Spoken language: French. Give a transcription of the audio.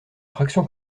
fraction